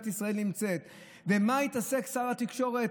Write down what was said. במה התעסק שר התקשורת?